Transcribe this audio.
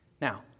Now